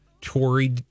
Tory